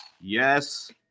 Yes